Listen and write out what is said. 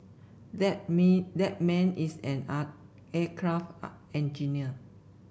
that me that man is an aircraft engineer